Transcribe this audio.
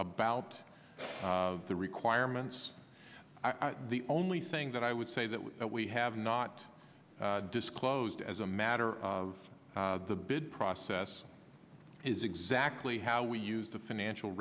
about the requirements the only thing that i would say that we have not disclosed as a matter of the bid process is exactly how we use the financial